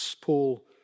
Paul